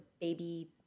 baby